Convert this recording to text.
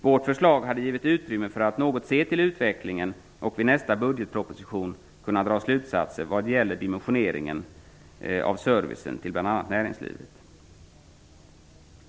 Vårt förslag hade givit utrymme för att se till utvecklingen och vid nästa budgetproposition kunna dra slutsatser vad gäller dimensioneringen av servicen till bl.a. näringslivet.